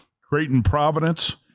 Creighton-Providence